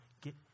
get